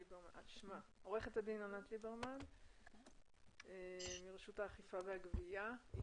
עורכת הדין ענת ליברמן מרשות האכיפה והגבייה.